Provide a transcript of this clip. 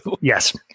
Yes